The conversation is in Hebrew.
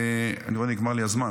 וכבר נגמר לי הזמן,